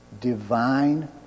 Divine